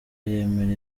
yemera